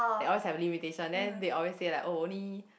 they always have limitation then they always say like oh only